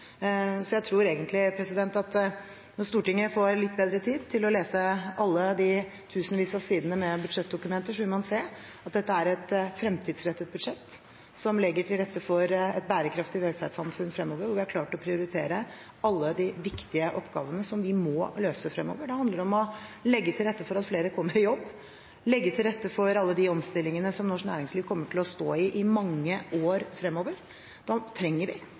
Jeg tror egentlig at når Stortinget får litt bedre tid til å lese alle de tusenvis av sidene med budsjettdokumenter, vil man se at dette er et fremtidsrettet budsjett, som legger til rette for et bærekraftig velferdssamfunn fremover. Vi har klart å prioritere alle de viktige oppgavene som vi må løse fremover. Det handler om å legge til rette for at flere kommer i jobb, og legge til rette for alle de omstillingene som norsk næringsliv kommer til å stå i i mange år fremover. Da trenger vi et konkurransedyktig skattesystem, vi trenger å investere i infrastruktur, vi